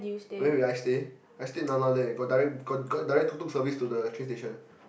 where will I stay I stay Nana there got direct got direct tuk-tuk service to the train station